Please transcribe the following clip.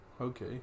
Okay